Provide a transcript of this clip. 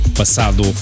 passado